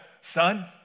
son